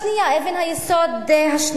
אבן היסוד השנייה,